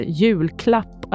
julklapp